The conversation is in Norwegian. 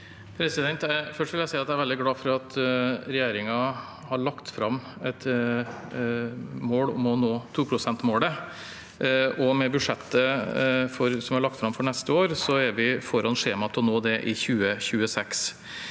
jeg er veldig glad for at regjeringen har lagt fram et mål om å nå 2-prosentmålet, og med budsjettet som er lagt fram for neste år, er vi foran skjemaet til å nå det i 2026.